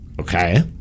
Okay